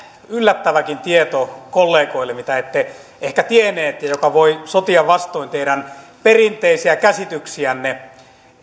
yllättäväkin tieto kollegoille mitä ette ehkä tienneet ja mikä voi sotia vastoin teidän perinteisiä käsityksiänne